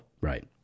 Right